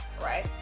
right